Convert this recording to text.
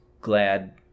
glad